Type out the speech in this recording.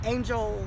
Angel